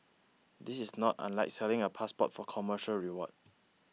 this is not unlike selling a passport for commercial reward